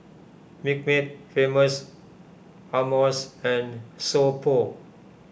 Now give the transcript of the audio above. Milkmaid Famous Amos and So Pho